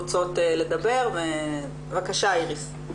בבקשה איריס.